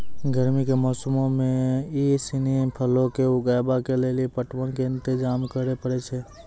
गरमी के मौसमो मे इ सिनी फलो के उगाबै के लेली पटवन के इंतजाम करै पड़ै छै